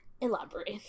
Elaborate